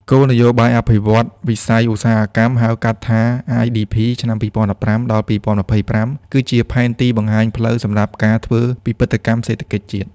គោលនយោបាយអភិវឌ្ឍន៍វិស័យឧស្សាហកម្ម ហៅកាត់ថា IDP ឆ្នាំ ២០១៥ ដល់២០២៥ គឺជាផែនទីបង្ហាញផ្លូវសម្រាប់ការធ្វើពិពិធកម្មសេដ្ឋកិច្ចជាតិ។